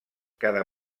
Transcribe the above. cada